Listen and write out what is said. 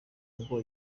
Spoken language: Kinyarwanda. ngo